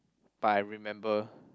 but I remember